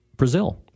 Brazil